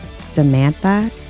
Samantha